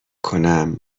کنم